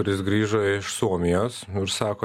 kuris grįžo iš suomijos ir sako